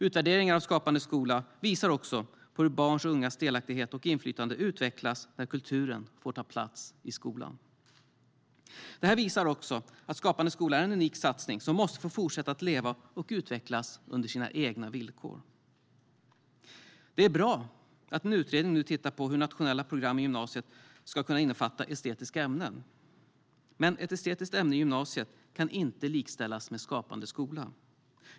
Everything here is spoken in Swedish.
Utvärderingar av Skapande skola visar på hur barns och ungas delaktighet och inflytande utvecklas när kulturen får ta plats i skolan. Det visar också att Skapande skola är en unik satsning som måste få fortsätta att leva och utvecklas på sina egna villkor. Det är bra att en utredning nu tittar på hur nationella program på gymnasiet ska kunna innefatta estetiska ämnen. Men ett estetiskt ämne på gymnasiet kan inte likställas med Skapande skola.